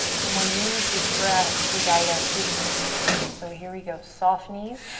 and we'll use this breath to guide us through the movement today. so here we go. soft knees,